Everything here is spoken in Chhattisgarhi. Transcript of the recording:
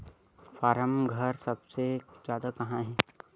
फारम घर सबले जादा कहां हे